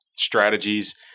strategies